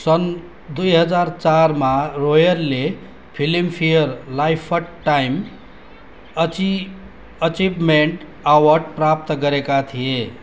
सन् दुई हजार चारमा रोयलले फिल्मफेयर लाइफटाइम अचि अचिभमेन्ट अवार्ड प्राप्त गरेका थिए